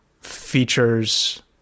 features